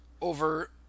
over